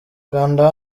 kanda